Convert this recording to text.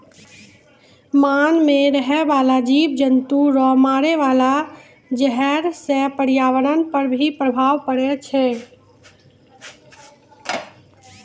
मान मे रहै बाला जिव जन्तु रो मारे वाला जहर से प्रर्यावरण पर भी प्रभाव पड़ै छै